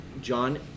John